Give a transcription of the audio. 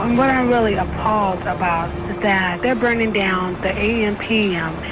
what i'm really appalled about is that they're burning down the am pm,